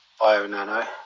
BioNano